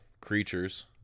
creatures